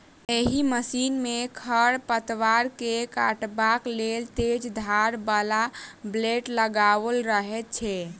एहि मशीन मे खढ़ पतवार के काटबाक लेल तेज धार बला ब्लेड लगाओल रहैत छै